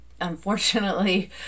unfortunately